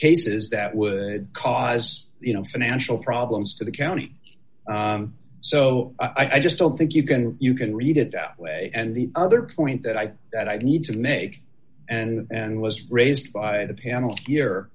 cases that would cause you know financial problems to the county so i just don't think you can you can read it that way and the other point that i that i need to make and was raised by the panel